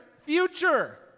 future